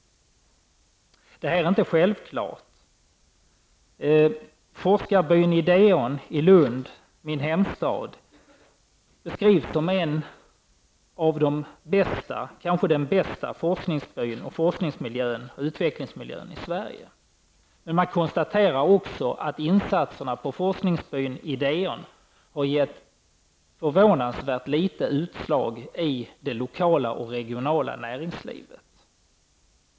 Det här är inte något självklart. Forskningsbyn Ideon i min hemstad Lund beskrivs som en av de bästa, ja, kanske den bästa, forskningsbyn och utvecklingsmiljön i Sverige. Men man konstaterar också att insatserna på forskningsbyn Ideon har givit förvånansvärt litet utslag i det lokala och regionala näringslivet.